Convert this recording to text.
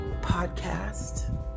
podcast